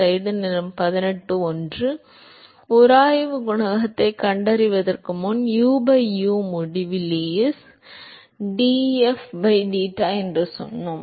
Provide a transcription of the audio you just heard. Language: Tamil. எனவே உராய்வு குணகத்தைக் கண்டறிவதற்கு முன் u by u முடிவிலி is df by deta என்று சொன்னோம்